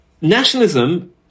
Nationalism